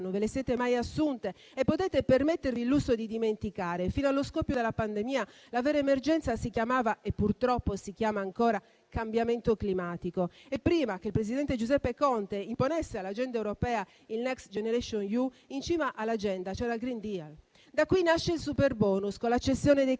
non ve le siete mai assunte e potete permettervi l'uso di dimenticare. Fino allo scoppio della pandemia la vera emergenza si chiamava, e purtroppo si chiama ancora, cambiamento climatico e prima che il presidente Giuseppe Conte imponesse all'agenda europea il Next generation EU, in cima all'agenda c'era il Green deal. Da qui nasce il superbonus, con la cessione dei